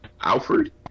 Alfred